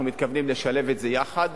אנחנו מתכוונים לשלב את זה יחד